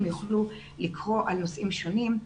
הם יוכלו לקרוא על נושאים שונים.